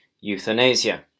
euthanasia